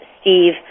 Steve